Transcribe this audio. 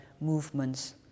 movements